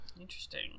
Interesting